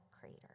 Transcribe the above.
crater